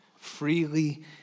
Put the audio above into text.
freely